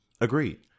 Agreed